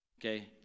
Okay